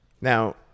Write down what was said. Now